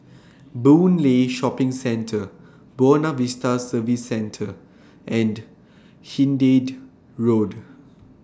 Boon Lay Shopping Centre Buona Vista Service Centre and Hindhede Road